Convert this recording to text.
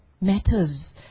matters